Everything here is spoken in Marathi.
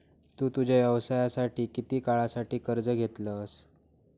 तु तुझ्या व्यवसायासाठी किती काळासाठी कर्ज घेतलंस?